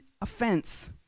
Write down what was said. offense